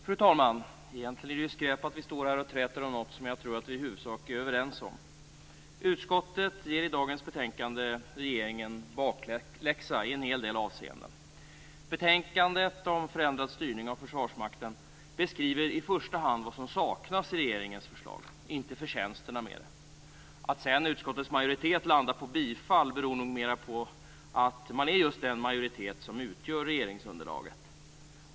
Fru talman! Egentligen är det ju skräp att vi står här och träter om något som jag tror att vi i huvudsak är överens om. Utskottet ger i dagens betänkande regeringen bakläxa i en hel del avseenden. Betänkandet om förändrad styrning av Försvarsmakten beskriver i första hand vad som saknas i regeringens förslag, inte förtjänsterna med det. Att sedan utskottets majoritet landar på bifall beror nog mera på att man är just den majoritet som utgör regeringsunderlaget.